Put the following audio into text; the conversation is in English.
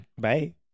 bye